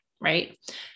Right